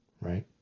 right